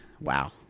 Wow